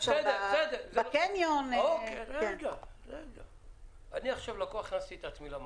אפשר בקניון --- אני לקוח והכנסתי את עצמי למאגר,